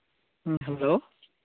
ᱦᱮᱸ ᱦᱮᱞᱳᱼᱳ